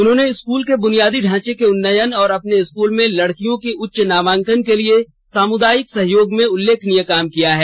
उन्होंने स्कूल के बुनियादी ढांचे के उन्नयन और अपने स्कूल में लडकियों के उच्च नामांकन के लिए सामुदायिक सहयोग में उल्लेखनीय काम किया है